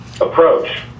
approach